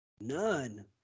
None